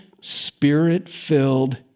spirit-filled